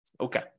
Okay